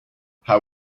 how